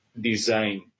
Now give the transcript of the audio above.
design